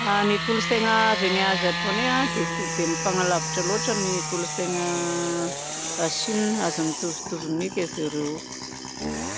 Ny kolontsaina avy any japoney dia tsy dia mifanalavitra loatra amin'ny kolontsaina Chine azony mitovitovy mi zareo.